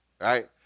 Right